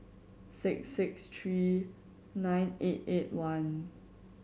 six six three nine eight eight one